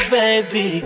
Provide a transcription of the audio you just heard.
baby